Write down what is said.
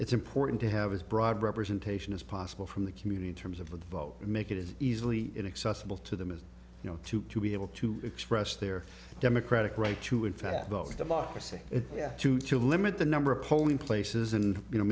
it's important to have as broad representation as possible from the community terms of a vote and make it as easily accessible to them as you know to to be able to express their democratic right to in fact vote for democracy if you have to to limit the number of polling places and you know